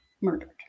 murdered